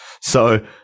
So-